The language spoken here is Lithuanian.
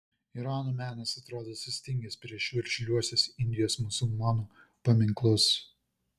irano menas atrodė sustingęs prieš veržliuosius indijos musulmonų paminklus